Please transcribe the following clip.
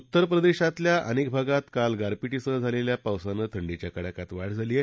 उत्तरप्रदेशातल्या अनेक भागात काल गारपीठासह झालेल्या पावसानं थंडीच्या कडाक्यात वाढ झाली आहे